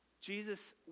Jesus